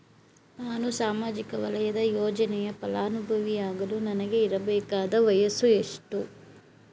ನಾನು ಸಾಮಾಜಿಕ ವಲಯದ ಯೋಜನೆಯ ಫಲಾನುಭವಿ ಯಾಗಲು ನನಗೆ ಇರಬೇಕಾದ ವಯಸ್ಸು ಎಷ್ಟು?